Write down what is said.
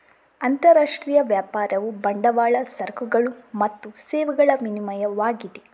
ಅಂತರರಾಷ್ಟ್ರೀಯ ವ್ಯಾಪಾರವು ಬಂಡವಾಳ, ಸರಕುಗಳು ಮತ್ತು ಸೇವೆಗಳ ವಿನಿಮಯವಾಗಿದೆ